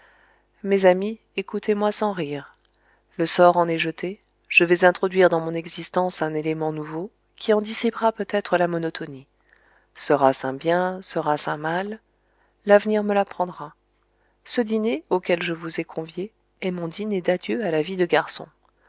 mes amis écoutez-moi sans rire le sort en est jeté je vais introduire dans mon existence un élément nouveau qui en dissipera peut-être la monotonie sera-ce un bien sera-ce un mal l'avenir me l'apprendra ce dîner auquel je vous ai conviés est mon dîner d'adieu à la vie de garçon